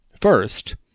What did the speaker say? first